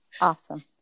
Awesome